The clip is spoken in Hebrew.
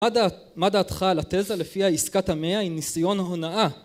מה דעתך על התזה לפיה עסקת המאה היא ניסיון ההונאה